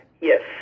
Yes